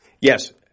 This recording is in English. Yes